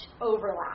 overlap